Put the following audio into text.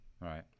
right